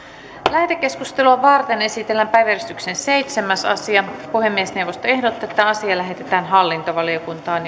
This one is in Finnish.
lähetekeskustelua varten esitellään päiväjärjestyksen seitsemäs asia puhemiesneuvosto ehdottaa että asia lähetetään hallintovaliokuntaan